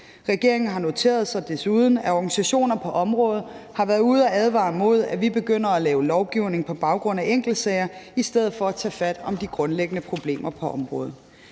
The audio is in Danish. Regeringen har desuden noteret sig, at organisationer på området har været ude at advare imod, at vi begynder at lave lovgivning på baggrund af enkeltsager i stedet for at tage fat i de grundlæggende problemer på området.